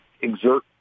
exert